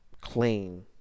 claim